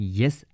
yes